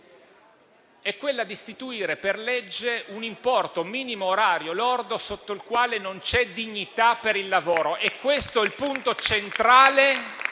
è quella di istituire per legge un importo minimo orario lordo sotto il quale non c'è dignità per il lavoro. È questo il punto centrale